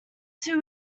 two